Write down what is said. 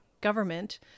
government